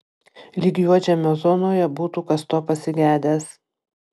lyg juodžemio zonoje būtų kas to pasigedęs